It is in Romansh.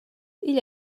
igl